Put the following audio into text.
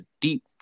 deep